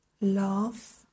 love